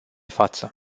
față